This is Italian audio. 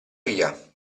via